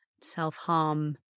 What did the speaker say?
self-harm